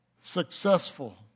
successful